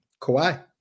Kawhi